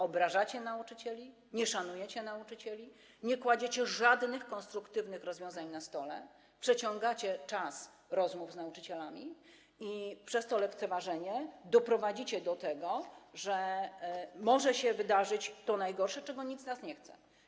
Obrażacie nauczycieli, nie szanujecie nauczycieli, nie kładziecie żadnych konstruktywnych rozwiązań na stole, przeciągacie czas rozmów z nauczycielami i przez to lekceważenie doprowadzicie do tego, że może się wydarzyć to najgorsze, czego nikt z nas nie chce.